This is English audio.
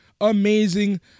Amazing